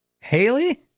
Haley